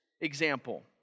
example